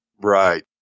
Right